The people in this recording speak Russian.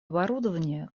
оборудования